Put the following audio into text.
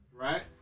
right